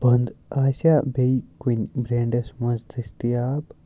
بنٛد آسیٛا بییٚہِ کُنہِ برٛٮ۪نٛڈَس منٛز دٔستِیاب